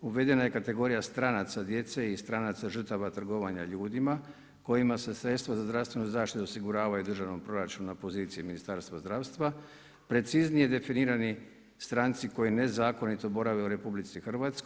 Uvedena je kategorija stranaca djece i stranaca žrtava trgovanja ljudima kojima se sredstva za zdravstvenu zaštitu osiguravaju u državnom proračunu na poziciji Ministarstva zdravstva, preciznije definirani stranci koji nezakonito borave u RH.